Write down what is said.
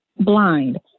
blind